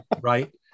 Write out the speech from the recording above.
right